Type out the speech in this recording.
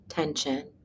tension